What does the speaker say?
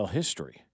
history